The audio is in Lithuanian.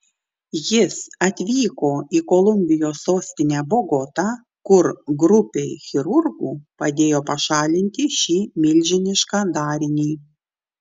jis atvyko į kolumbijos sostinę bogotą kur grupei chirurgų padėjo pašalinti šį milžinišką darinį